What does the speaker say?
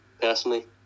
personally